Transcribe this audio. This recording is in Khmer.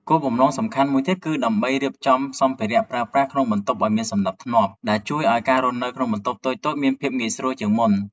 គោលបំណងសំខាន់មួយទៀតគឺដើម្បីរៀបចំសម្ភារៈប្រើប្រាស់ក្នុងបន្ទប់ឱ្យមានសណ្ដាប់ធ្នាប់ ដែលជួយឱ្យការរស់នៅក្នុងបន្ទប់តូចៗមានភាពងាយស្រួលជាងមុន។